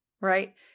right